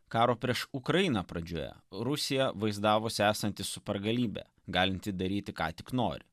karo prieš ukrainą pradžioje rusija vaizdavosi esanti supergalybe galinti daryti ką tik nori